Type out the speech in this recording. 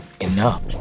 enough